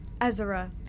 Ezra